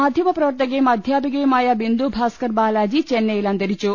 മാധ്യമപ്രവർത്തകയും അധ്യാപികയുമായ ബിന്ദുഭാസ്കർ ബാലാജി ചെന്നൈ യിൽ അന്ത രി ച്ചു